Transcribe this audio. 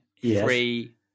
free